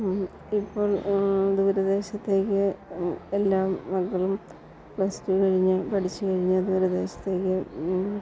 ഇപ്പോൾ ദൂരദേശത്തേക്ക് എല്ലാ മക്കളും പ്ലസ്ടു കഴിഞ്ഞ് പഠിച്ചു കഴിഞ്ഞ് ദൂരദേശത്തേക്ക്